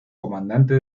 comandante